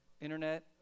internet